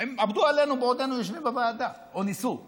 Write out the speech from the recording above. עבדו עלינו בעודנו יושבים בוועדה, או ניסו לפחות,